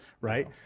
Right